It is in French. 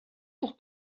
pour